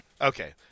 Okay